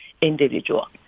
individual